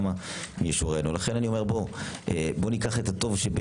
לכן אני אומר שניקח את הטוב,